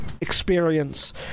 experience